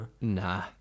Nah